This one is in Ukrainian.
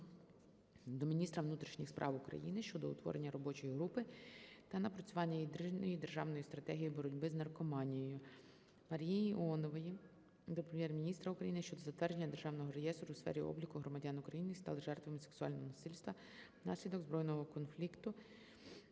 до міністра внутрішніх справ України щодо утворення робочої групи та напрацювання єдиної державної стратегії боротьби з наркоманією. Марії Іонової до Прем'єр-міністра України щодо запровадження державного реєстру у сфері обліку громадян України, які стали жертвами сексуального насильства внаслідок збройного конфлікту